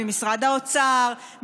ממשרד האוצר,